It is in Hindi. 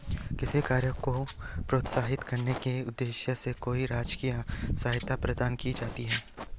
किसी कार्य को प्रोत्साहित करने के उद्देश्य से कोई राजकीय सहायता प्रदान की जाती है